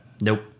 Nope